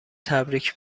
تبریک